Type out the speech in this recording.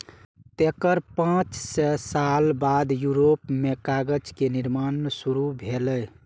तेकर पांच सय साल बाद यूरोप मे कागज के निर्माण शुरू भेलै